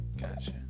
Gotcha